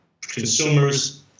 consumers